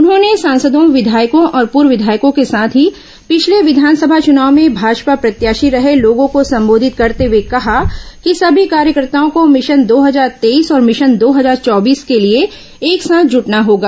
उन्होंने सांसदों विधायकों और पूर्व विधायकों के साथ ही पिछले विधानसभा चुनाव में भाजपा प्रत्याशी रहे लोगों को संबोधित करते हुए कहा कि सभी कार्यकर्ताओं को मिशन दो हजार तेईस और मिशन दो हजार चौबीस के लिए एक साथ जुटना होगा